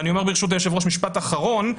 וברשות היושב-ראש, אני אומר משפט אחרון: